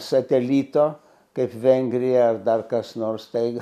satelito kaip vengrija ar dar kas nors tai